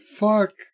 fuck